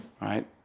Right